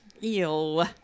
Ew